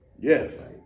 Yes